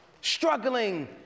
Struggling